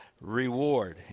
reward